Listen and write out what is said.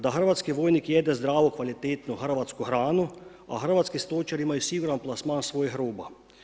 Da hrvatski vojnik jede zdravu, kvalitetnu Hrvatsku hranu, a hrvatski stočari imaju siguran plasman svojih roba.